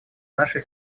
нашей